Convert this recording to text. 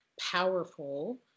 powerful